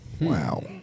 Wow